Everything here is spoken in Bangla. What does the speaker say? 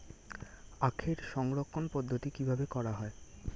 আখের সংরক্ষণ পদ্ধতি কিভাবে করা হয়?